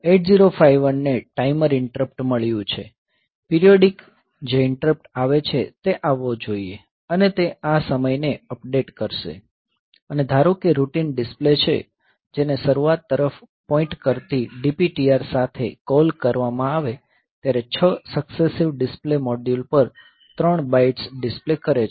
8051 ને timer interrupt મળ્યું છે પીરીયોડીક જે ઇન્ટરપ્ટ આવે છે તે આવવો જોઈએ અને તે આ સમયને અપડેટ કરશે અને ધારો કે રૂટીન ડીસ્પ્લે છે જેને શરૂઆત તરફ પોઈન્ટ કરતી DPTR સાથે કોલ કરવામાં આવે ત્યારે 6 સક્સેસીવ ડિસ્પ્લે મોડ્યુલો પર ત્રણ બાઇટ્સ ડીસ્પ્લે કરે છે